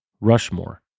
Rushmore